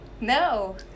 no